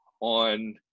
on